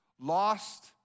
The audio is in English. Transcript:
lost